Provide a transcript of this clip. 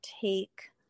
take